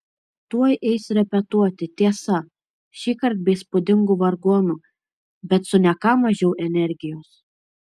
tuoj eis repetuoti tiesa šįkart be įspūdingų vargonų bet su ne ką mažiau energijos